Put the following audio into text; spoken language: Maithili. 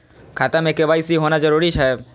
खाता में के.वाई.सी होना जरूरी छै?